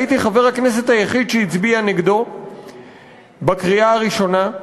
הייתי חבר הכנסת היחיד שהצביע נגדו בקריאה הראשונה.